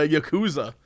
Yakuza